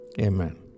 Amen